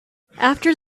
after